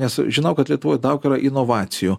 nes žinau kad lietuvoj daug yra inovacijų